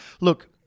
Look